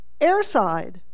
Airside